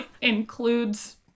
includes